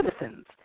citizens